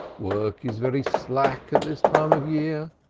work is very slack at this time of year.